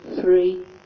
three